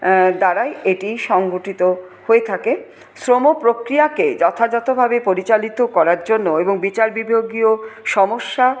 দ্বারাই এটি সংগঠিত হয়ে থাকে শ্রম প্রক্রিয়াকে যথাযথভাবে পরিচালিত করার জন্য এবং বিচার বিভাগীয় সমস্যা